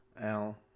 al